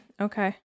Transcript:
Okay